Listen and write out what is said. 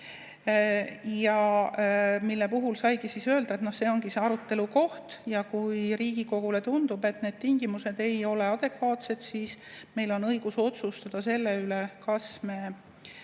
on tingimused. Sai öelda, et see ongi arutelu koht ja kui Riigikogule tundub, et need tingimused ei ole adekvaatsed, siis on meil õigus otsustada selle üle, kas me